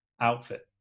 outfit